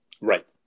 Right